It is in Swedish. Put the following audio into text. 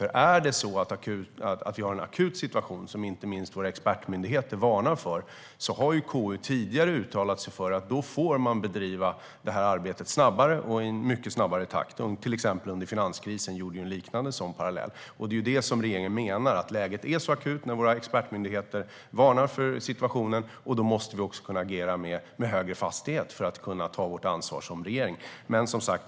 I fråga om en akut situation, som inte minst våra expertmyndigheter varnar för, har KU tidigare uttalat att man då får bedriva arbetet i mycket snabbare takt. Till exempel under finanskrisen gjordes en liknande sådan parallell. Regeringen menar att läget är så akut. Våra expertmyndigheter varnar för situationen. Då måste vi agera med högre hastighet för att kunna ta vårt ansvar som regering.